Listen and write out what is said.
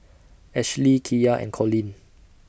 Ashly Kiya and Colleen